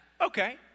okay